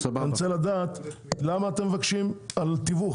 אני רוצה לדעת על מה אתם מבקשים תיווך.